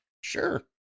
Sure